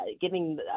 giving